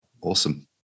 Awesome